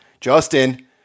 Justin